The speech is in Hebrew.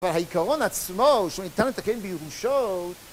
אבל העיקרון עצמו, שהוא ניתן לתקן בירושות...